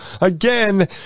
again